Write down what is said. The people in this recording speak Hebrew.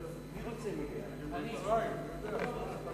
ההצעה לכלול את הנושא בסדר-היום של